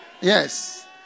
Yes